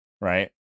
Right